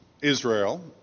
Israel